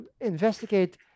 investigate